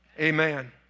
Amen